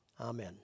Amen